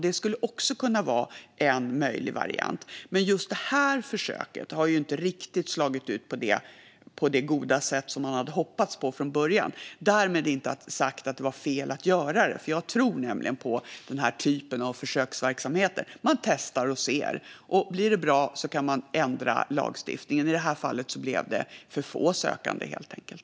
Det skulle kunna vara en möjlig variant. Men just detta försök har inte riktigt slagit ut på det goda sätt som man hade hoppats på från början. Därmed är det inte sagt att det var fel att göra det. Jag tror nämligen på den här typen av försöksverksamheter. Man testar och ser. Och blir det bra kan man ändra lagstiftningen. I det här fallet blev det för få sökande, helt enkelt.